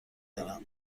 دارم